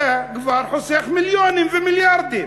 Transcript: ואתה כבר חוסך מיליונים ומיליארדים.